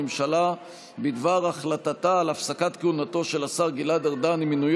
הממשלה בדבר החלטתה על הפסקת כהונתו של השר גלעד ארדן עם מינויו